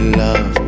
love